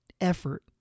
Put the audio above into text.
effort